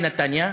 בנתניה,